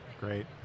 Great